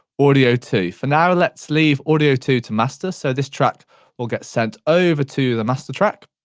audio to. for now let's leave audio to to master so this track will get sent over to the master track.